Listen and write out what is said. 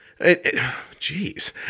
Jeez